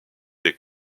des